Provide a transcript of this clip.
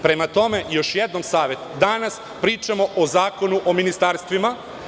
Prema tome, još jednom savet, danas pričamo o Zakonu o ministarstvima.